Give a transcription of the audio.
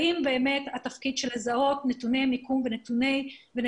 האם התפקיד של לזהות נתוני מיקום ונתיבי